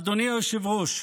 אדוני היושב-ראש,